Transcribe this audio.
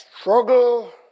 struggle